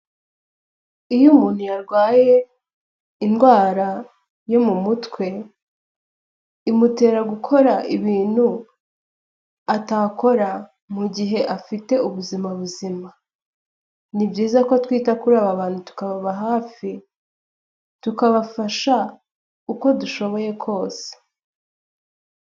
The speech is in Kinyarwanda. Iyo umuntu yarwaye indwara yo mu mutwe, imutera gukora ibintu atakora mu gihe afite ubuzima buzima. Ni byiza ko twita kuri aba bantu tukababa hafi, tukabafasha uko dushoboye kose.